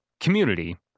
Community